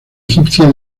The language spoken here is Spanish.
egipcia